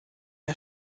der